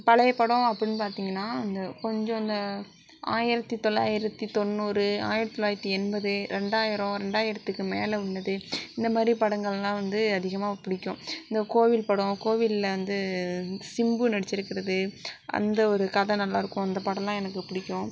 பழைய படம் அப்படினு பார்த்தீங்கனா இந்த கொஞ்சம் இந்த ஆயிரத்தி தொளாயிரத்தி தொண்ணூறு ஆயிரத்தி தொளாயிரத்தி எண்பது ரெண்டாயிரம் ரெண்டாயிரத்துக்கு மேலே உள்ளது இந்த மாதிரி படங்கள்லாம் வந்து அதிகமாக பிடிக்கும் இந்த கோவில் படம் கோவிலில் வந்து சிம்பு நடிச்சிருக்கிறது அந்த ஒரு கதை நல்லாயிருக்கும் அந்தப் படலாம் எனக்கு பிடிக்கும்